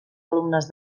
alumnes